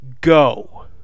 go